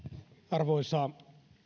arvoisa